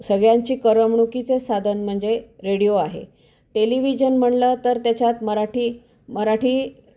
सगळ्यांची करमणुकीचे साधन म्हणजे रेडिओ आहे टेलिव्हिजन म्हणलं तर त्याच्यात मराठी मराठी